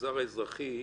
במגזר האזרחי,